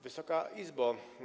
Wysoka Izbo!